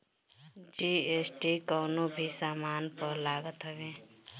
GST कवनो भी सामान पअ लागत हवे